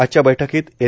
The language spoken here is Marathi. आजच्या बैठकीत एल